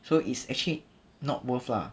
so it's actually not worth lah